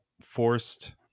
forced